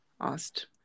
asked